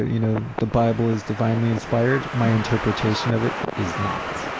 you know, the bible is divinely inspired. my interpretation of it is not.